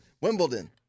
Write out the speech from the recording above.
Wimbledon